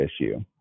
issue